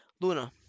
Luna